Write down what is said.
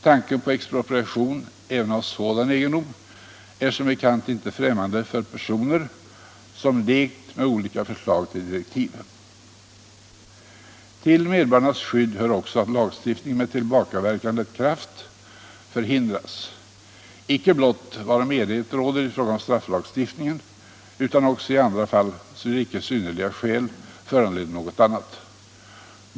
Tanken på expropriation även av sådan egendom är som bekant icke främmande för personer som lekt med olika förslag till direktiv. Till medborgarnas skydd hör också att lagstiftning med tillbakaverkande kraft förhindras, icke blott — varom enighet råder — i fråga om strafflagstiftning utan också i andra fall, såvida icke synnerliga skäl föranleder något annat.